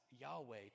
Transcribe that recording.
Yahweh